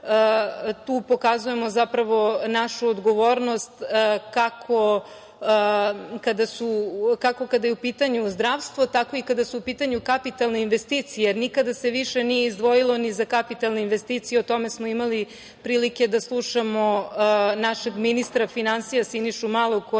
pokazujemo našu odgovornost, kako kada je u pitanju zdravstvo, tako i kada su u pitanju kapitalne investicije, jer nikada se više nije izdvojilo ni za kapitalne investicije, o tome smo imali prilike da slušamo našeg ministra finansija, Sinišu Malog, koji